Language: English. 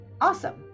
awesome